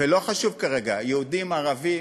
ולא חשוב כרגע: יהודים, ערבים,